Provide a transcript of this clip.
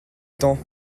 temps